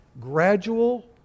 gradual